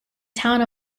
town